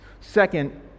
Second